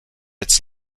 its